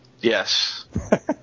Yes